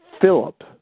Philip